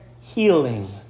Healing